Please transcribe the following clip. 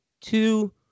two